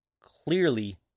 Clearly